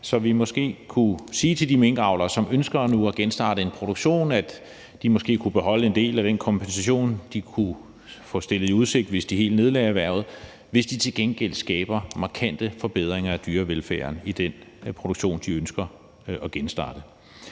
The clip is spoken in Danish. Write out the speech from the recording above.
så vi måske kunne sige til de minkavlere, som nu ønsker at genstarte en produktion, at de måske kunne beholde en del af den kompensation, de kunne få stillet i udsigt, for at de helt nedlagde erhvervet, hvis de til gengæld skaber markante forbedringer af dyrevelfærden i den produktion, de ønsker at genstarte.